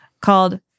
called